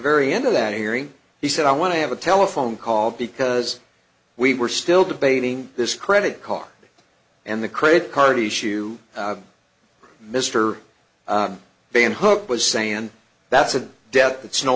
very end of that hearing he said i want to have a telephone call because we were still debating this credit card and the credit card issue mister being hooked was saying that's a debt that's no